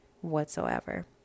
whatsoever